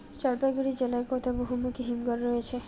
জলপাইগুড়ি জেলায় কোথায় বহুমুখী হিমঘর রয়েছে?